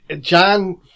John